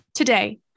Today